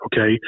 Okay